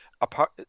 Apart